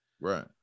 Right